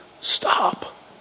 stop